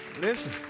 Listen